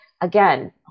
again